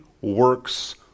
works